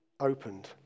opened